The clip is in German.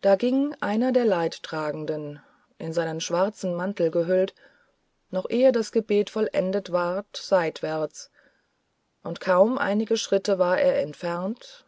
da ging einer der leidtragenden in seinen schwarzen mantel gehüllt noch ehe das gebet vollendet ward seitwärts und kaum einige schritte war er entfernt